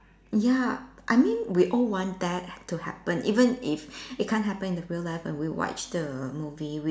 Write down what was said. ya I mean we all want that to happen even if it can't happen in the real life when we watch the movie we